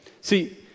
See